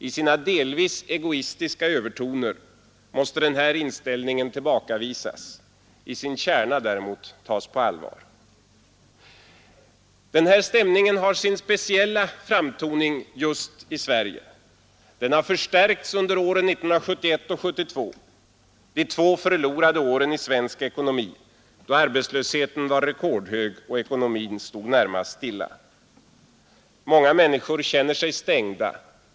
I sina delvis egoistiska övertoner måste denna inställning tillbakavisas, i sin kärna däremot tas på allvar. Den här stämningen har sin speciella framtoning just i Sverige. Den har förstärkts under åren 1971 och 1972, de två förlorade åren i svensk ekonomi, då arbetslösheten var rekordhög och ekonomin stod närmast stilla. Många människor känner sig stängda.